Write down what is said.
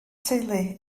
teulu